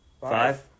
Five